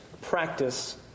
Practice